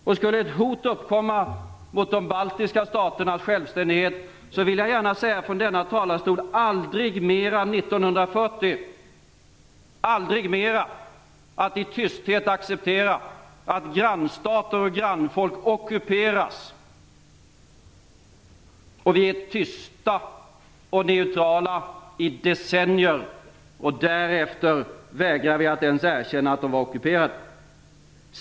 Och skulle ett hot uppkomma mot de baltiska staternas självständighet, så vill jag gärna säga från denna talarstol: Aldrig mera 1940! Aldrig mera i tysthet acceptera att grannstater och grannfolk ockuperas, att vi är tysta och neutrala i decennier och därefter vägrar att ens erkänna att de var ockuperade.